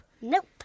Nope